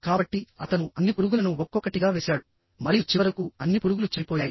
కాబట్టిఅతను అన్ని పురుగులను ఒక్కొక్కటిగా వేశాడు మరియు చివరకు అన్ని పురుగులు చనిపోయాయి